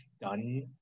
done